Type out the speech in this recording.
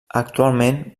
actualment